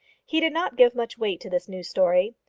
he did not give much weight to this new story.